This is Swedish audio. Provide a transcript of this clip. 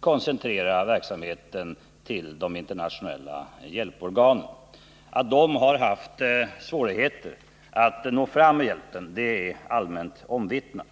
koncentrera verksamheten till de internationella hjälporganen. Att dessa organ har haft svårigheter att nå fram med hjälpen är allmänt omvittnat.